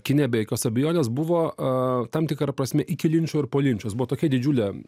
kine be jokios abejonės buvo tam tikra prasme iki linčo ir po linčo jis buvo tokia didžiulė